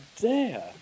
dare